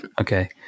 Okay